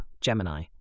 Gemini